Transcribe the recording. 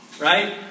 right